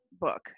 book